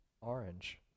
orange